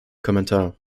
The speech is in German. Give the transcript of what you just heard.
kommentar